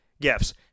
gifts